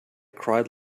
cried